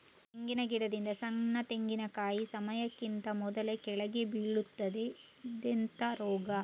ತೆಂಗಿನ ಗಿಡದಿಂದ ಸಣ್ಣ ತೆಂಗಿನಕಾಯಿ ಸಮಯಕ್ಕಿಂತ ಮೊದಲೇ ಕೆಳಗೆ ಬೀಳುತ್ತದೆ ಇದೆಂತ ರೋಗ?